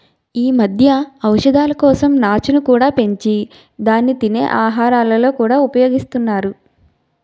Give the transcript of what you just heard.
ఈ మధ్య ఔషధాల కోసం నాచును కూడా పెంచి దాన్ని తినే ఆహారాలలో కూడా ఉపయోగిస్తున్నారు